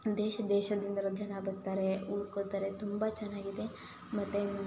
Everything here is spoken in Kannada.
ದೇಶ ದೇಶದಿಂದಲೂ ಜನ ಬರ್ತಾರೆ ಉಳ್ಕೊಳ್ತಾರೆ ತುಂಬ ಚೆನ್ನಾಗಿದೆ ಮತ್ತು